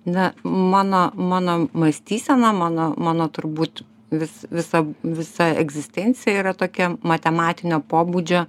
na mano mano mąstysena mano mano turbūt vis visa visa egzistencija yra tokia matematinio pobūdžio